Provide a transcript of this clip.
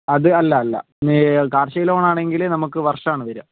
അത് അല്ല അല്ല കാർഷിക ലോണണെങ്കിൽ നമുക്ക് വർഷമാണ് വരിക